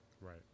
Right